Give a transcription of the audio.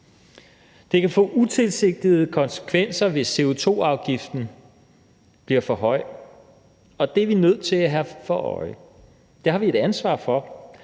Det kan få utilsigtede konsekvenser, hvis CO2-afgiften bliver for høj, og det er vi nødt til at have for øje; det har vi et ansvar for.